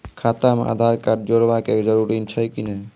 खाता म आधार कार्ड जोड़वा के जरूरी छै कि नैय?